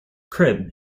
crib